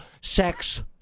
sex